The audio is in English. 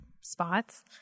spots